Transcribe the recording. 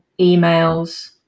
emails